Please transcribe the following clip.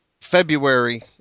February